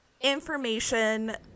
information